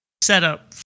setup